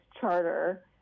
charter